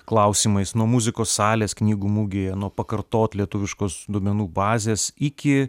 klausimais nuo muzikos salės knygų mugėje nuo pakartot lietuviškos duomenų bazės iki